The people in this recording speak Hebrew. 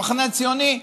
במחנה הציוני,